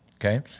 okay